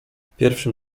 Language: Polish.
pierwszym